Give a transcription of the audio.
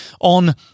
on